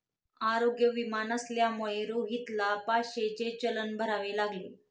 आरोग्य विमा नसल्यामुळे रोहितला पाचशेचे चलन भरावे लागले